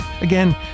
Again